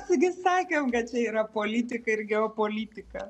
su gi sakėm kad čia yra politika ir geopolitika